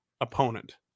opponent